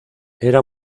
era